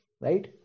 right